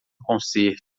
concerto